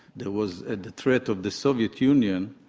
there was ah the threat of the soviet union,